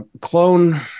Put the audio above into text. clone